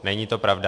Není to pravda.